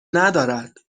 ندارد